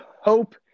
hope